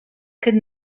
could